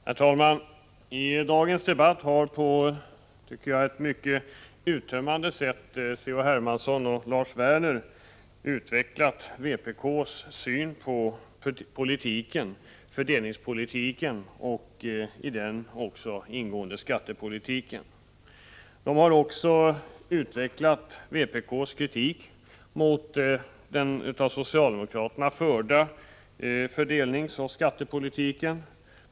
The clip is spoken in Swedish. Herr talman! I dagens debatt har på ett, tycker jag, mycket uttömmande sätt C.-H. Hermansson och Lars Werner utvecklat vpk:s syn på fördelningspolitiken och den i den ingående skattepolitiken. De har även utvecklat vpk:s kritik mot den av socialdemokraterna bedrivna fördelningsoch skattepolitiken.